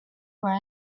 for